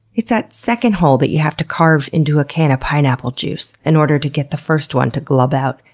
it's that second hole that you have to carve into a can of pineapple juice in order to get the first one to glub out,